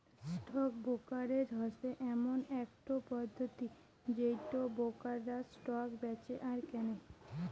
stock brokerage হসে এমন একটো পদ্ধতি যেটোতে ব্রোকাররা স্টক বেঁচে আর কেনে